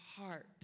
heart